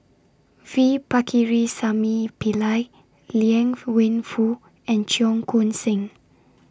V Pakirisamy Pillai Liang Wenfu and Cheong Koon Seng